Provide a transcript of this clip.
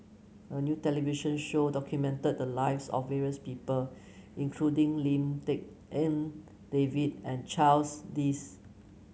a new television show documented the lives of various people including Lim Tik En David and Charles Dyce